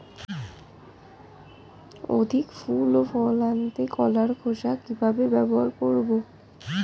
অধিক ফুল ও ফল আনতে কলার খোসা কিভাবে ব্যবহার করব?